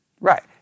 Right